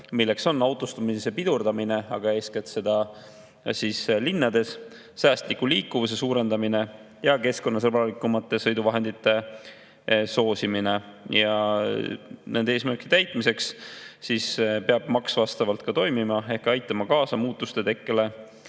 milleks on autostumise pidurdamine – aga seda eeskätt linnades –, säästliku liikuvuse suurendamine ja keskkonnasõbralikumate sõiduvahendite soosimine. Nende eesmärkide täitmiseks peab maks vastavalt ka toimima ehk aitama kaasa muutuste tekkele